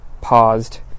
paused